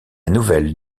nouvelle